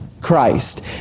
Christ